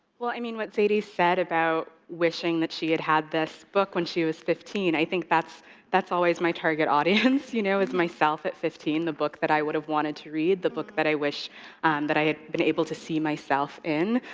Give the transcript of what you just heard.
i mean, what zadie said about wishing wishing that she had had this book when she was fifteen, i think that's that's always my target audience, you know, is myself at fifteen, the book that i would have wanted to read, the book that i wish that i had been able to see myself in.